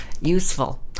useful